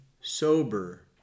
sober